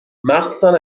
مخصوصن